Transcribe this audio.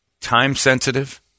time-sensitive